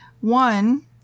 One